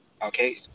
Okay